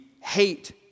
hate